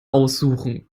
aussuchen